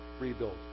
rebuild